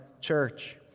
church